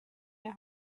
der